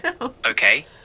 Okay